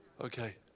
Okay